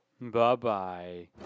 Bye-bye